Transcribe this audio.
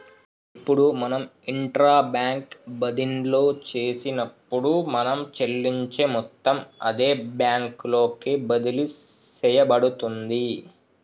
ఇప్పుడు మనం intra bank బదిన్లో చేసినప్పుడు మనం చెల్లించే మొత్తం అదే బ్యాంకు లోకి బదిలి సేయబడుతుంది